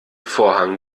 vorhang